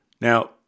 Now